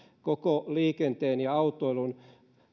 koko liikenteen ja autoilun